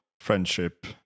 friendship